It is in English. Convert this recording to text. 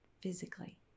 physically